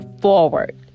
forward